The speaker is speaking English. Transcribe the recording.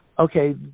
okay